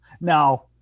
Now